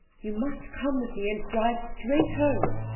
you must come with me and drive straight home.